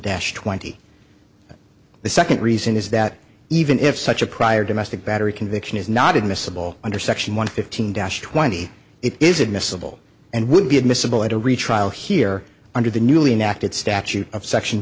dash twenty the second reason is that even if such a prior domestic battery conviction is not admissible under section one fifteen dash twenty it is admissible and would be admissible at a retrial here under the newly inactive statute section